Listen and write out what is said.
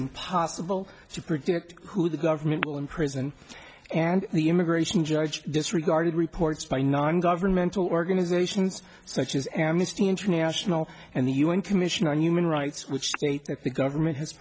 impossible to predict who the government will imprison and the immigration judge disregarded reports by nongovernmental organizations such as amnesty international and the un commission on human rights which state that the government has